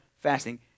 fasting